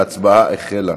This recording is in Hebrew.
ההצבעה החלה.